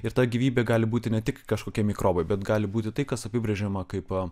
ir ta gyvybė gali būti ne tik kažkokie mikrobai bet gali būti tai kas apibrėžiama kaip